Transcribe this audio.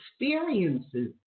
experiences